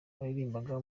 waririmbaga